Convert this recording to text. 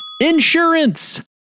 insurance